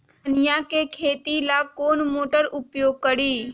धनिया के खेती ला कौन मोटर उपयोग करी?